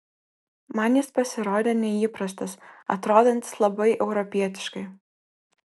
man jis pasirodė neįprastas atrodantis labai europietiškai